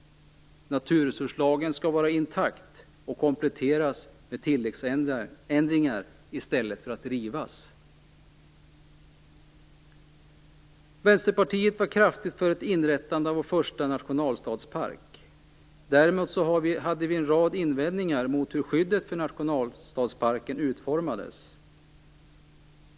Naturresurslagen skall behållas intakt och kompletteras med tilläggsändringar i stället för att inskränkas. Vänsterpartiet var kraftigt för ett inrättande av vår första nationalstadspark. Däremot hade vi en rad invändningar mot hur skyddet för nationalstadsparken utformades.